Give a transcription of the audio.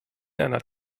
einer